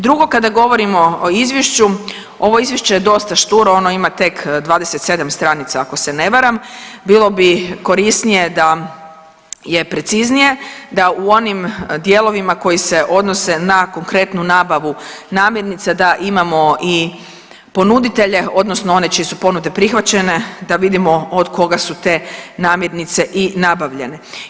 Drugo kada govorimo o izvješću, ovo izvješće je dosta šturo ono ima tek 27 stranica ako se ne varam, bilo bi korisnije da je preciznije, da u onim dijelovima koji se odnose na konkretnu nabavu namirnice da imamo i ponuditelje odnosno one čiji su ponude prihvaćene da vidimo od koga su te namirnice i nabavljene.